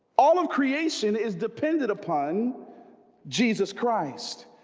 all of creation is dependent upon jesus christ,